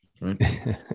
right